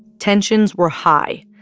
tensions were high.